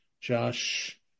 Josh